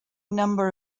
number